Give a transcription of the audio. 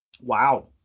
wow